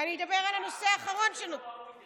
אני אדבר על הנושא האחרון, המושג הזה לא ראוי.